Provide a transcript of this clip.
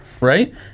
Right